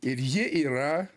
ir jie yra